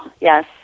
Yes